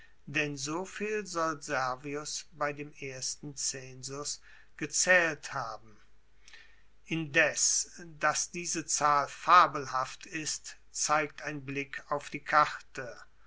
denn so viel soll servius bei dem ersten zensus gezaehlt haben indes dass diese zahl fabelhaft ist zeigt ein blick auf die karte